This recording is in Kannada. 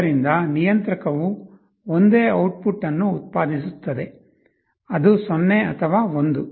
ಆದ್ದರಿಂದ ನಿಯಂತ್ರಕವು ಒಂದೇ ಔಟ್ಪುಟ್ ಅನ್ನು ಉತ್ಪಾದಿಸುತ್ತದೆ ಅದು 0 ಅಥವಾ 1